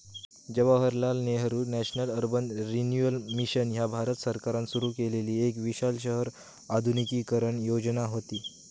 Jawaharlal Nehru national urban renewal mission ह्या भारत सरकारान सुरू केलेली एक विशाल शहर आधुनिकीकरण योजना व्हती